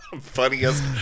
funniest